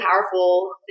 powerful